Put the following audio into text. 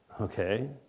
Okay